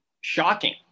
shocking